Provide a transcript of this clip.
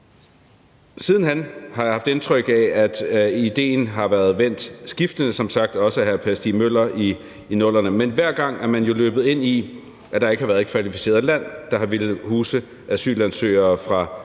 Sidenhen har jeg haft indtryk af, at idéen har været vendt af skiftende regeringer, og som sagt også af Per Stig Møller i 00'erne; men hver gang er man jo løbet ind i, at der ikke har været et kvalificeret land, der har villet huse asylansøgere fra